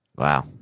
Wow